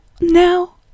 now